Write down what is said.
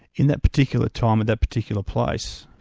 in that particular time in that particular place,